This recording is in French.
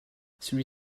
celle